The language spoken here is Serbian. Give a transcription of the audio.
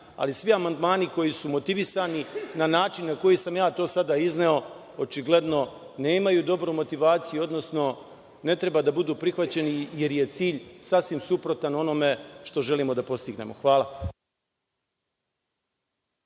ali svi amandmani koji su motivisani na način na koji sam ja to sada izneo očigledno nemaju dobru motivaciju, odnosno ne treba da budu prihvaćeni jer je cilj sasvim suprotan onome što želimo da postignemo.